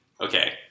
okay